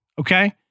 okay